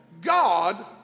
God